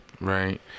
right